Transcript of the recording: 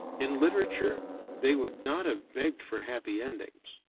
in literature they would not have begged for happy endings.